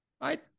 right